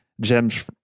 gems